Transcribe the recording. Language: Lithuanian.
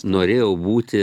norėjau būti